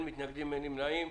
אין מתנגדים, אין נמנעים,